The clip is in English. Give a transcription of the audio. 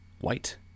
white